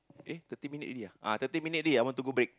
eh thirty minute already ah thirty minute already I want to go back